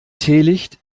teelicht